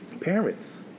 parents